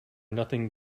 nothing